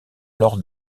lors